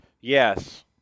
Yes